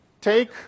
take